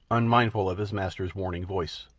unmindful of his master's warning voice.